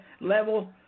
level